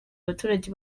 abaturage